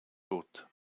gut